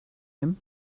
him